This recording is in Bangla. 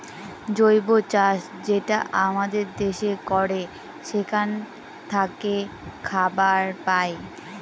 জৈব চাষ যেটা আমাদের দেশে করে সেখান থাকে খাবার পায়